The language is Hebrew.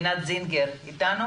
ללי הייתה איתנו